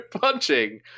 punching